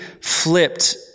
flipped